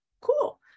cool